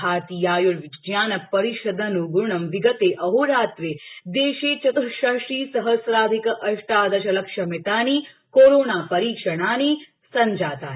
भारतीयाय्र्विज्ञानपरिषदन्ग्णं विगते अहोरात्रे देशे चत्ःषष्ठिसहस्राधिक अष्टादशलक्षमितानि कोरोना परीक्षणानि सञ्जातानि